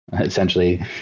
essentially